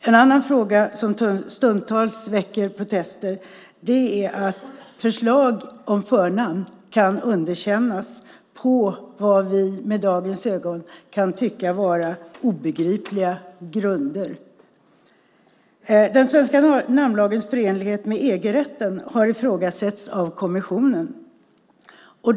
En annan fråga som stundtals väcker protester är att förslag om förnamn kan underkännas på vad vi med dagens ögon kan tycka vara obegripliga grunder. Den svenska namnlagens förenlighet med EG-rätten har ifrågasatts av kommissionen.